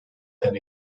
than